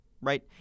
right